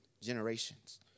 generations